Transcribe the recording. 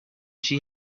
she